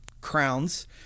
crowns